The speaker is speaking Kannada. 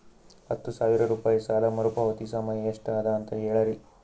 ಹತ್ತು ಸಾವಿರ ರೂಪಾಯಿ ಸಾಲ ಮರುಪಾವತಿ ಸಮಯ ಎಷ್ಟ ಅದ ಅಂತ ಹೇಳರಿ?